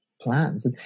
plans